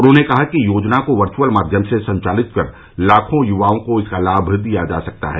उन्होंने कहा कि योजना को वर्चुअल माध्यम से संचालित कर लाखों युवाओं को इसका लाभ दिया जा सकता है